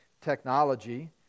technology